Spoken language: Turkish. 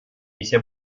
ise